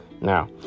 Now